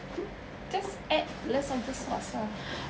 just add less of the sauce ah